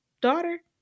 daughter